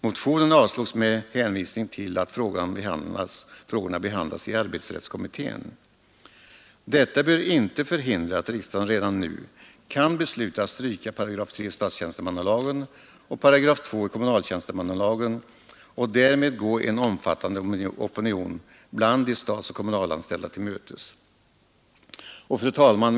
Motionen avslogs med hänvisning till att frågorna behandlades i arbets rättskommittén. Detta bör inte hindra att riksdagen redan nu kan besluta att stryka 3 § statstjänstemannalagen och 2 § kommunaltjänstemannalagen och därmed gå en omfattande opinion bland de statsoch kommunalanställda till mötes. Fru talman!